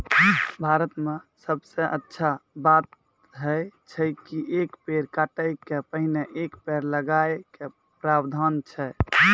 भारत मॅ सबसॅ अच्छा बात है छै कि एक पेड़ काटै के पहिने एक पेड़ लगाय के प्रावधान छै